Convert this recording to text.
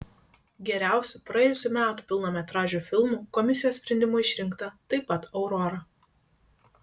geriausiu praėjusių metų pilnametražiu filmu komisijos sprendimu išrinkta taip pat aurora